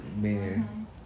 Man